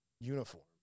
uniform